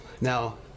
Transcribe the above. Now